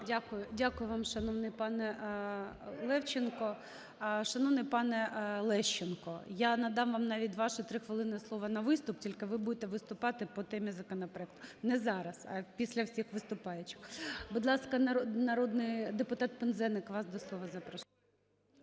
Дякую вам, шановний пане Левченко. Шановний пане Лещенко, я надам вам навіть ваші 3 хвилини слово на виступ, тільки ви будете виступати по темі законопроекту. Не зараз, а після всіх виступаючих. Будь ласка, народний депутат Пинзеник, вас до слова запрошую.